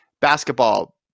basketball